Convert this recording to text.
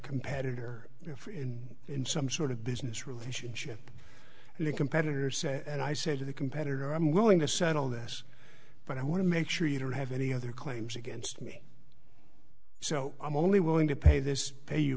competitor in some sort of business relationship and a competitor say and i say to the competitor i'm willing to settle this but i want to make sure you don't have any other claims against me so i'm only willing to pay this pay you